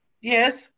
Yes